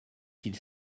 qu’il